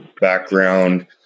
background